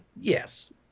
yes